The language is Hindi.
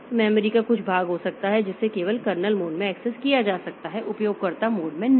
तो मेमोरी का कुछ भाग हो सकता है जिसे केवल कर्नेल मोड में एक्सेस किया जा सकता है उपयोगकर्ता मोड में नहीं